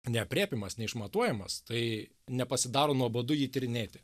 neaprėpiamas neišmatuojamas tai nepasidaro nuobodu jį tyrinėti